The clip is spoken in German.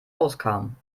auskamen